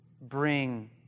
bring